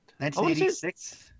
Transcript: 1986